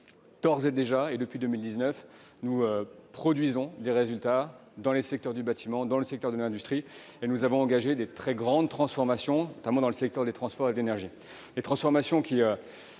Vous le savez, depuis 2019, nous enregistrons des résultats dans les secteurs du bâtiment et de l'industrie. Nous avons engagé de très grandes transformations, notamment dans les secteurs du transport et de l'énergie.